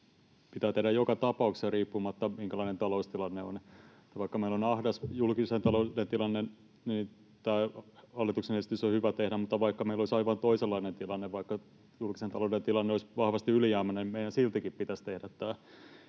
pitää tehdä joka tapauksessa riippumatta siitä, minkälainen taloustilanne on. Kun meillä on ahdas julkisen talouden tilanne, niin tämä hallituksen esitys on hyvä tehdä, mutta vaikka meillä olisi aivan toisenlainen tilanne, vaikka julkisen talouden tilanne olisi vahvasti ylijäämäinen, meidän siltikin pitäisi tehdä tämä